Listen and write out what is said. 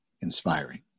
inspiring